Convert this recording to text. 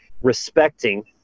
respecting